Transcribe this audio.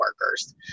workers